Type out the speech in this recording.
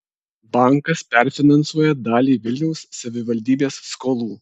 bankas perfinansuoja dalį vilniaus savivaldybės skolų